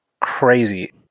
crazy